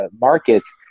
markets